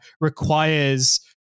requires